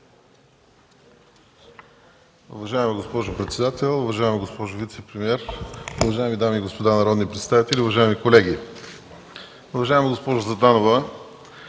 Уважаема госпожо председател, уважаема госпожо вицепремиер, уважаеми дами и господа народни представители, уважаеми колеги! Уважаема госпожо Златанова,